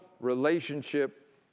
relationship